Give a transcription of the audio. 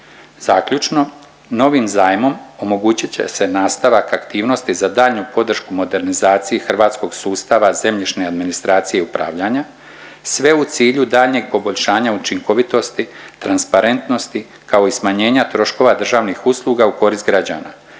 Zaključno, novim zajmom omogućit će se nastavak aktivnosti za daljnju podršku modernizacije hrvatskog sustava zemljišne administracije i upravljanja sve u cilju daljnjeg poboljšanja učinkovitosti, transparentnosti kao i smanjenja troškova državnih usluga u korist građana,